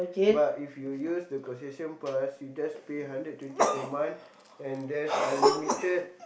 but if you use the concession pass you just pay hundred twenty per month and there's unlimited